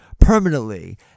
permanently